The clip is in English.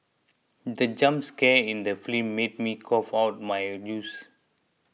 the jump scare in the film made me cough out my juice